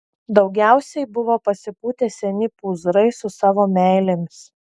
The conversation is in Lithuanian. daugiausiai buvo pasipūtę seni pūzrai su savo meilėmis